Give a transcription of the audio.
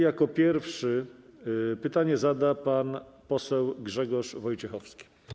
Jako pierwszy pytanie zada pan poseł Grzegorz Wojciechowski.